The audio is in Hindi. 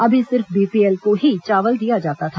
अभी सिर्फ बीपीएल को ही चावल दिया जाता था